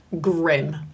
grim